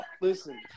Listen